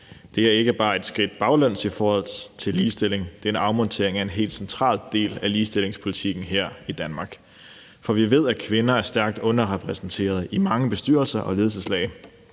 Det er ikke bare et skridt baglæns i forhold til ligestilling, det er en afmontering af en helt central del af ligestillingspolitikken her i Danmark, for vi ved, at kvinder er stærkt underrepræsenteret i mange bestyrelser og ledelseslag,